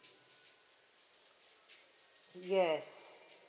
yes